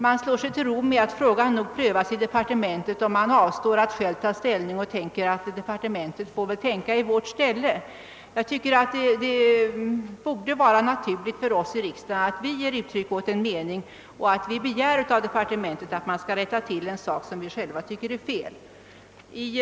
De slår sig till ro med att frågan nog prövas i departementet och avstår från att själva ta ställning; de låter alltså departementet tänka i sitt ställe. Det borde vara naturligt för oss i riksdagen att ge uttryck åt en mening och begära att departementet skall rätta till en sak de själva tycker är felaktig.